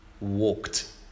Walked